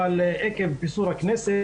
אבל עקב פיזור הכנסת,